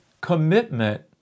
commitment